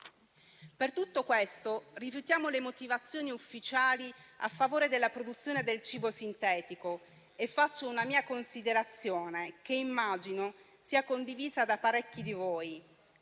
Per tutto questo rifiutiamo le motivazioni ufficiali a favore della produzione del cibo sintetico. Faccio una mia considerazione, che immagino sia condivisa da parecchi di voi.